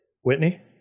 Whitney